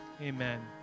amen